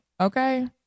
Okay